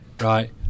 Right